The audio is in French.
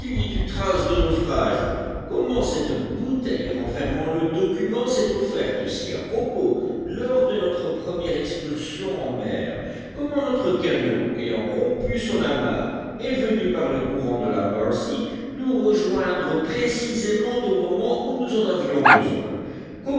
eu trace de naufrage comment cette bouteille renfermant le document s'est offerte si à propos lors de notre première excursion en mer comment notre canot ayant rompu son amarre est venu par le courant de la mercy nous rejoindre précisément au moment où nous en avions besoin